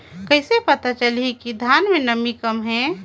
कइसे पता चलही कि धान मे नमी कम हे?